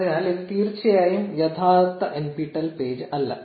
അതിനാൽ ഇത് തീർച്ചയായും യഥാർത്ഥ nptel പേജ് അല്ല